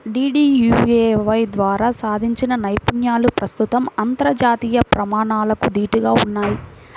DDUAY ద్వారా సాధించిన నైపుణ్యాలు ప్రస్తుతం అంతర్జాతీయ ప్రమాణాలకు దీటుగా ఉన్నయ్